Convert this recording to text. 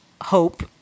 hope